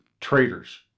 traitors